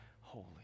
holy